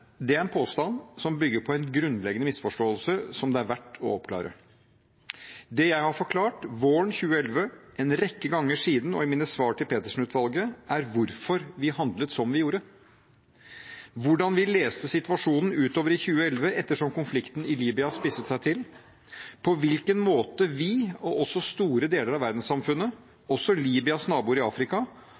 Det er en påstand som bygger på en grunnleggende misforståelse som det er verdt å oppklare. Det jeg har forklart, våren 2011, en rekke ganger siden og i mine svar til Petersen-utvalget, er hvorfor vi handlet som vi gjorde hvordan vi leste situasjonen utover i 2011, etter hvert som konflikten i Libya spisset seg til på hvilken måte vi og store deler av verdenssamfunnet, også Libyas naboer i Afrika,